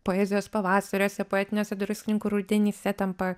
poezijos pavasariuose poetiniuose druskininkų rudenyse tampa